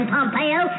Pompeo